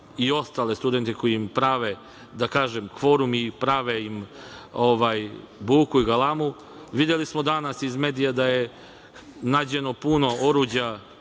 i ostale studente koji im prave kvorum i buku i galamu. Videli smo danas iz medija da je nađeno puno oruđa,